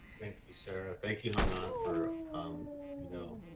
you sarah, thank you hong-an for, um you know,